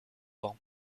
vents